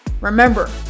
remember